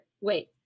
Wait